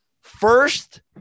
First